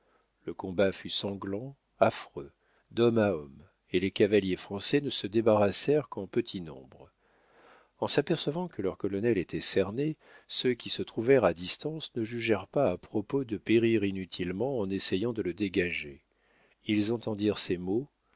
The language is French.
le combat fut sanglant affreux d'homme à homme et les cavaliers français ne se débarrassèrent qu'en petit nombre en s'apercevant que leur colonel était cerné ceux qui se trouvèrent à distance ne jugèrent pas à propos de périr inutilement en essayant de le dégager ils entendirent ces mots